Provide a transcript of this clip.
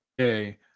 Okay